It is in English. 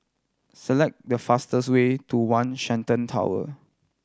select the fastest way to One Shenton Tower